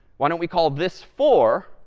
why don't we call this four?